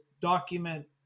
document